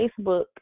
Facebook